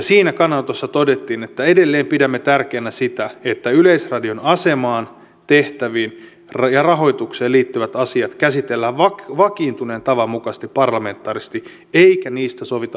siinä kannanotossa todettiin että edelleen pidämme tärkeänä sitä että yleisradion asemaan tehtäviin ja rahoitukseen liittyvät asiat käsitellään vakiintuneen tavan mukaisesti parlamentaarisesti eikä niistä sovita hallitusneuvotteluiden yhteydessä